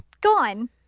gone